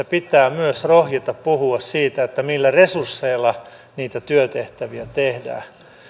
pitää myös rohjeta puhua siitä millä resursseilla niitä työtehtäviä tehdään